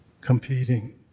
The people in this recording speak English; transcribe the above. competing